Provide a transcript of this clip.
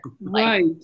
Right